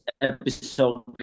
episode